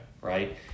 Right